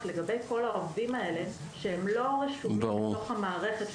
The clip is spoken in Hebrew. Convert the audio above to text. לגבי כל העובדים האלה שהם לא רשומים בתוך המערכת,